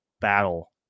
battle